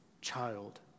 child